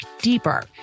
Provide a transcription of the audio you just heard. deeper